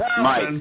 Mike